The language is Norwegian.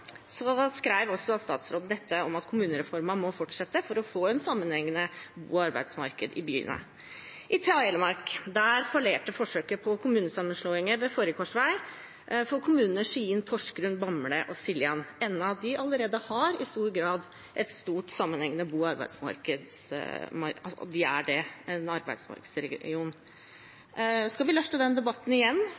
kommunereformen må fortsette for å få et sammenhengende, godt arbeidsmarked i byene. I Telemark fallerte forsøket på kommunesammenslåinger ved forrige korsvei for kommunene Skien, Porsgrunn, Bamble og Siljan, enda de i stor grad er en stor, sammenhengende bo- og arbeidsmarkedsregion allerede. Skal vi ta den debatten igjen? Mener statsråden det ville være lurt at disse Grenlands-kommunene igjen